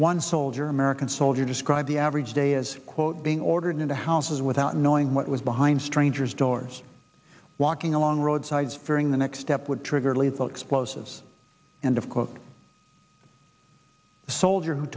one soldier american soldier described the average day as quote being ordered into houses without knowing what was behind strangers doors walking along roadsides during the next step would trigger lethal explosives and of cook a soldier who